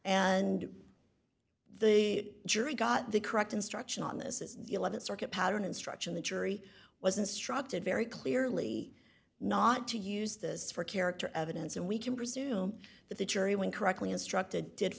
and the jury got the correct instruction on this is the th circuit pattern instruction the jury was instructed very clearly not to use this for character evidence and we can presume that the jury when correctly instructed did